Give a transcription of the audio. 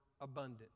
abundant